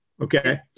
Okay